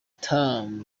tatum